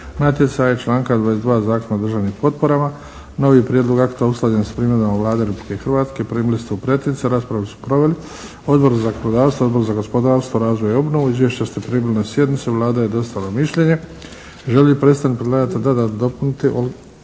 natjecanja i članka 22. Zakona o državnim potporama. Novi prijedlog akta usklađen sa primjedbama Vlade Republike Hrvatske primili ste u pretince. Raspravu su proveli Odbor za zakonodavstvo, Odbor za gospodarstvo, razvoj i obnovu. Izvješća ste primili na sjednici. Vlada je dostavila mišljenje. Želi li predstavnik predlagatelja dodatno dopuniti?